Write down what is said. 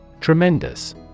Tremendous